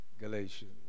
Galatians